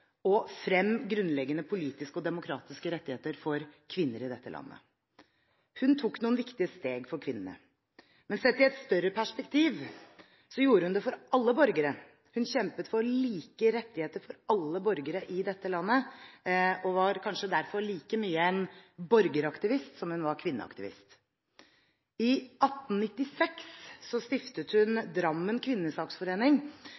frem, grunnleggende politiske og demokratiske rettigheter for kvinner i dette landet. Hun tok noen viktige steg for kvinnene, men sett i et større perspektiv, gjorde hun det for alle borgere. Hun kjempet for like rettigheter for alle borgere i dette landet, og var kanskje derfor like mye en borgeraktivist som hun var en kvinneaktivist. I 1896 stiftet